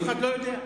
אף אחד לא יודע.